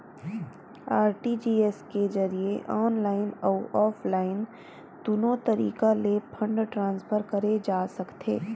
RTGS के जरिए online अउ ऑफलाइन दुनो तरीका ले फंड ट्रांसफर करे जा सकथे